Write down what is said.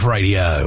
Radio